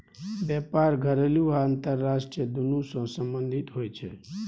बेपार घरेलू आ अंतरराष्ट्रीय दुनु सँ संबंधित होइ छै